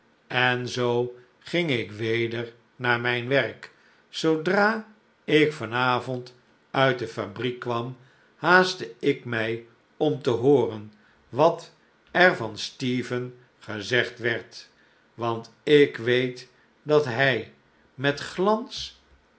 en zoo ging ik weder naar mijn wdrk zoodra ik van avond uit de fabriek kwam haastte ik mij om te hooren wat er van stephen gezegd werd want ik weet dat hij met glans